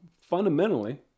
fundamentally